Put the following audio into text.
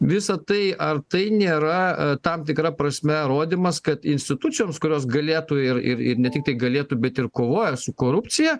visa tai ar tai nėra tam tikra prasme rodymas kad institucijoms kurios galėtų ir ir ne tik galėtų bet ir kovoja su korupcija